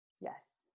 Yes